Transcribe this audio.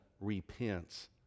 repents